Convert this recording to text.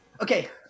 Okay